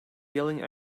yelling